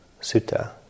Sutta